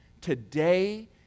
today